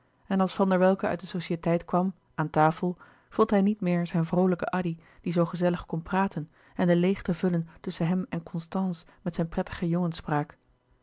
en als van der welcke uit de societeit kwam aan tafel vond hij niet meer zijn vroolijke addy die zoo gezellig kon praten en de leêgte vullen tusschen hem en constance met zijn